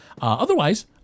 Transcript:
Otherwise